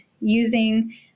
using